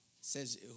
says